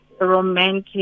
Romantic